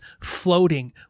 floating